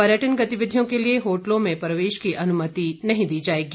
पर्यटन गतिविधियों के लिए होटलों में प्रवेश की अनुमति नहीं जाएगी